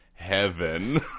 heaven